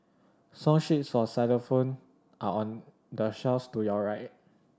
song sheets for xylophone are on the to your right